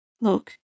Look